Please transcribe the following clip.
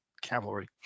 cavalry